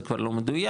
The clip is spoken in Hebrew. זה כבר לא מדויק.